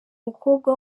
mukobwa